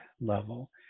level